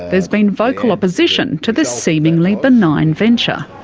there's been vocal opposition to this seemingly benign venture.